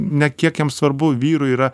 ne kiek jam svarbu vyrui yra